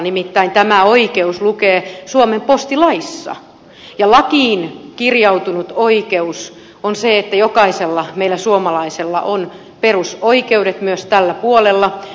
nimittäin tämä oikeus lukee suomen postilaissa ja lakiin kirjautunut oikeus on se että jokaisella meillä suomalaisella on perusoikeudet myös tällä puolella